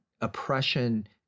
oppression